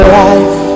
life